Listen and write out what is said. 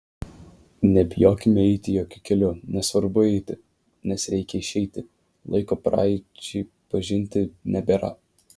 nebijokime eiti jokiu keliu nes svarbu eiti nes reikia išeiti laiko praeičiai pažinti nebėra